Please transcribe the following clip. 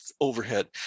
overhead